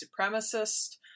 supremacist